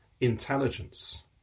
intelligence